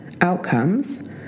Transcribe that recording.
outcomes